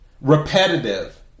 repetitive